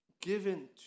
given